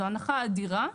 זו הנחה אדירה.